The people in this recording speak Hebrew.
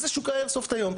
זה שוק האיירסופט היום.